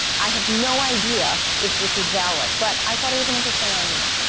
i have no idea if this is valid, but i thought it was an interesting argument.